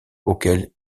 auquel